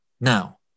Now